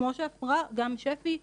כמו שאמרה גם שפי,